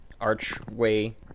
archway